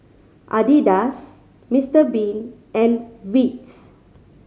Adidas Mister Bean and Veet